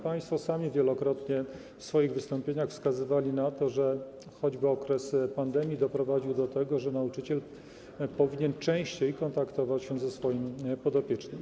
Państwo sami wielokrotnie w swoich wystąpieniach wskazywali na to, że okres pandemii spowodował to, że nauczyciel powinien częściej kontaktować się ze swoim podopiecznym.